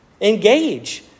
engage